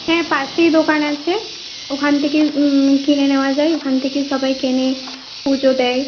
হ্যাঁ পাশেই দোকান আছে ওখান থেকে কিনে নেওয়া যায় ওখান থেকে সবাই কেনে পুজো দেয়